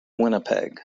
winnipeg